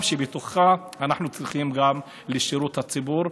שבתוכך אנחנו צריכים גם לשירות הציבור,